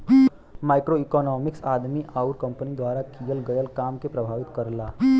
macroeconomics आदमी आउर company द्वारा किहल गयल काम के प्रभावित करला